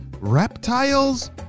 reptiles